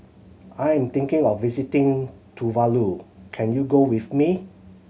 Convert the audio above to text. I am thinking of visiting Tuvalu can you go with me